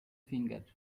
finger